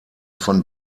von